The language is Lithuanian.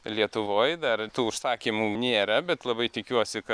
lietuvoj dar tų užsakymų nėra bet labai tikiuosi kad